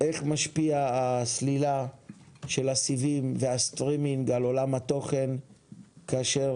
איך משפיעים הסלילה של הסיבים והסטרימינג על עולם התוכן כאשר